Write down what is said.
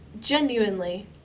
genuinely